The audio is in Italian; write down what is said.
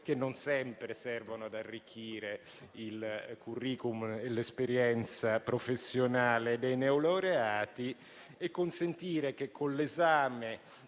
Grazie